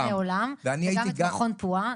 גם בוני עולם וגם את מכון פועה.